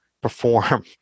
perform